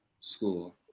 school